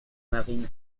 marie